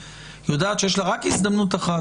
יודעת שיש לה רק הזדמנות אחת: